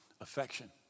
affection